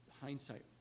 hindsight